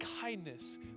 kindness